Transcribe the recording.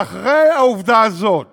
ואחרי העובדה הזאת